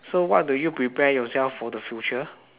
so what do you prepare yourself for the future